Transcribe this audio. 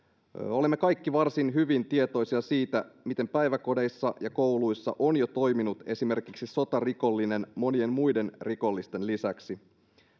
olemme kaikki varsin hyvin tietoisia siitä miten päiväkodeissa ja kouluissa on jo toiminut esimerkiksi sotarikollinen monien muiden rikollisten lisäksi